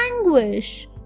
anguish